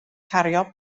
cario